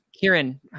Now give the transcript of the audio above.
Kieran